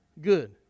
good